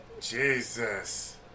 Jesus